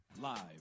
Live